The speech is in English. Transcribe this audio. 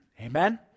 Amen